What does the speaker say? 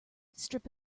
strip